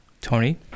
Tony